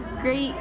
great